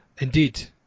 Indeed